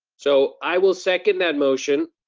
so, i will second that motion.